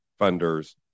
funders